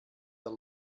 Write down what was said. der